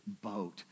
boat